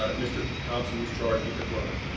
ah mr. thompson was charged with the crime,